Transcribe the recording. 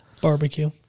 Barbecue